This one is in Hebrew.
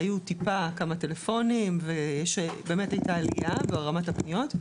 היו מעט טלפונים וכן הייתה עלייה ברמת הפניות,